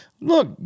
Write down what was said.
Look